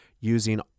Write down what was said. using